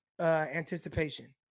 anticipation